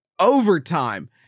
overtime